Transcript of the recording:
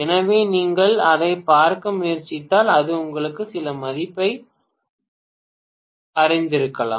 எனவே நீங்கள் அதைப் பார்க்க முயற்சித்தால் அது உங்களுக்கு சில மதிப்பை அறிந்திருக்கலாம்